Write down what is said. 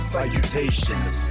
Salutations